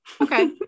okay